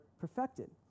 perfected